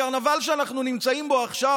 הקרנבל שאנחנו נמצאים בו עכשיו,